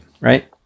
right